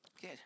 Good